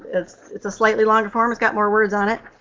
it's it's a slightly longer form. it's got more words on it.